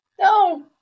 no